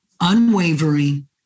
unwavering